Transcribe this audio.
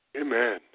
Amen